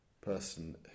person